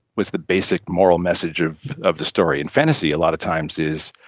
was the basic moral message of of the story. and fantasy a lot of times is,